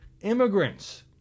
immigrants